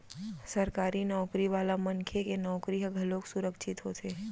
सरकारी नउकरी वाला मनखे के नउकरी ह घलोक सुरक्छित होथे